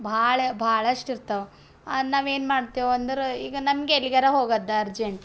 ಭಾಳ ಭಾಳಷ್ಟು ಇರ್ತಾವ ಹಾಂ ನಾವು ಏನು ಮಾಡ್ತೇವಂದ್ರೆ ಈಗ ನಮಗೆಲ್ಲಿಗಾರ ಹೋಗೋದು ಅರ್ಜೆಂಟ್